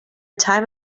time